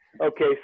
okay